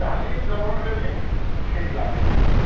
ଚାଲି ଚଲନ୍ରେ ବି ଠିକ୍ ଲାଗ୍ସି ଆମ୍କୁ